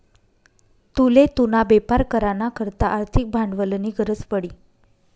तुले तुना बेपार करा ना करता आर्थिक भांडवलनी गरज पडी